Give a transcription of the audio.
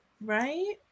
right